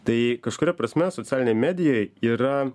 tai kažkuria prasme socialinėj medijoj yra